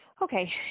Okay